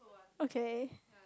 okay